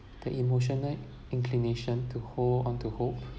the emotional inclination to hold onto hope